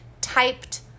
Typed